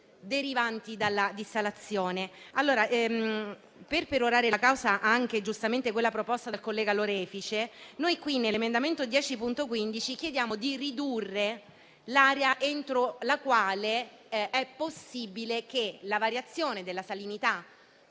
derivanti dalla dissalazione. Per perorare la causa proposta giustamente anche dal collega Lorefice, nell'emendamento 10.15 chiediamo di ridurre l'area entro la quale è possibile che la variazione della salinità